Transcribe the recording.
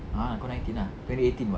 ah kau nineteen lah twenty eighteen [what]